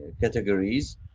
categories